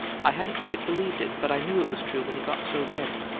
i hadn't quite believed it, but i knew it was true when he got so red.